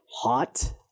hot